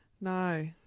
No